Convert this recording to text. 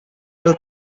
ver